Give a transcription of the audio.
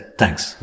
thanks